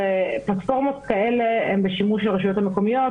פלטפורמות כאלה הן בשימוש של הרשויות המקומיות,